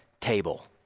table